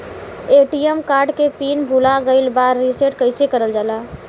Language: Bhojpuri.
ए.टी.एम कार्ड के पिन भूला गइल बा रीसेट कईसे करल जाला?